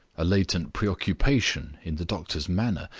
a latent preoccupation in the doctor's manner,